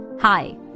Hi